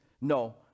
No